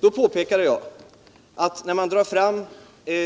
När man på detta sätt drar fram